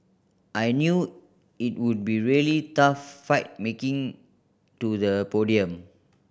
I knew it would be a really tough fight making to the podium